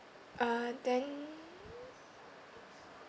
uh then